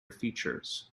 features